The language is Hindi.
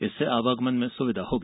इससे आवागमन में सुविधा होगी